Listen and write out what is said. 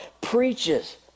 preaches